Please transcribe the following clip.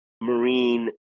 Marine